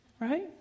right